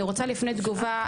אני רוצה לפני תגובה,